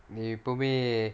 நீ எப்பவுமே:nee eppavumae